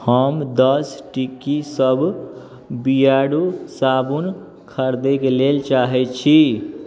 हम दस टिक्कीसभ बियरो साबुन खरिदय के लेल चाहै छी